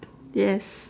yes